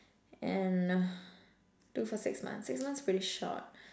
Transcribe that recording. and do for six months six months pretty short